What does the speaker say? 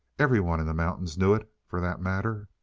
everyone in the mountains knew it, for that matter.